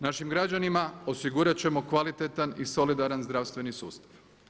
Našim građanima osigurat ćemo kvalitetan i solidaran zdravstveni sustav.